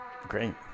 Great